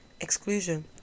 Exclusion